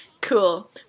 cool